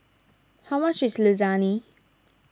how much is Lasagne